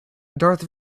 darth